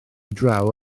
draw